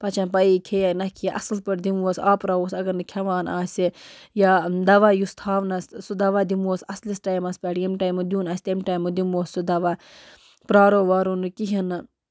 پَتہٕ چھَنہٕ پَیی کھیٚیا نہ کھیٚیا اصل پٲٹھۍ دِموس آپراووس اگر نہٕ کھٮ۪وان آسہِ یا دَوا یُس تھاونَس سُہ دَوا دِموس اصلِس ٹایمَس پٮ۪ٹھ ییٚمہِ ٹایمہٕ دِیُن آسہِ تَمہِ ٹایمہٕ دِموس سُہ دَوا پیارو ویارو نہٕ کِہیٖنۍ